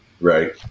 Right